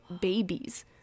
babies